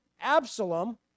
Absalom